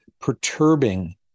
perturbing